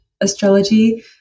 astrology